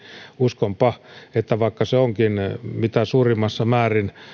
uskonpa että vaikka se onkin mitä suurimmassa määrin